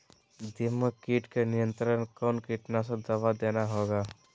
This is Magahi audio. दीमक किट के नियंत्रण कौन कीटनाशक दवा देना होगा?